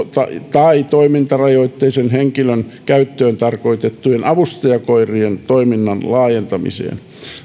tai toimintarajoitteisen henkilön käyttöön tarkoitettujen avustajakoirien toiminnan laajentamiseen